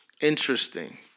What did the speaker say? Interesting